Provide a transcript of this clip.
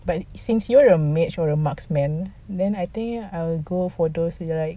but since you're a mage or a marksman then I think I will go for those like